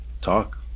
talk